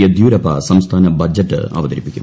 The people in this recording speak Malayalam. യെദ്യൂരപ്പ സംസ്ഥാന ബജറ്റ് അവതരിപ്പിക്കും